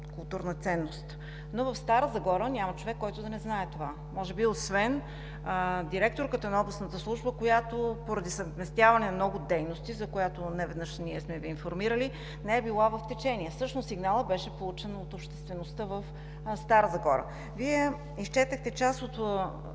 културна ценност. Но в Стара Загора няма човек, който да не знае това може би освен директорката на областната служба, която поради съвместяване на много дейности, за която неведнъж ние сме Ви информирали, не е била в течение. Всъщност сигналът беше получен от обществеността в Стара Загора. Вие изчетохте част от